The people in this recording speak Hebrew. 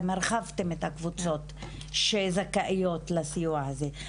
והרחבתם את הקבוצות שזכאיות לסיוע הזה.